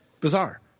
bizarre